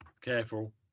Careful